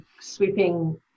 sweeping